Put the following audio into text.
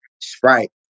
Sprite